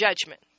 judgment